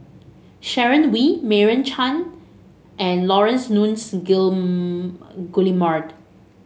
Sharon Wee Meira Chand and Laurence Nunns Guillemard